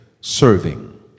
serving